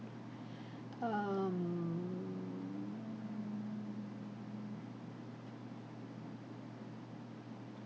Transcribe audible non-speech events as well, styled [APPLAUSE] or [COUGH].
[BREATH] um